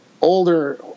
older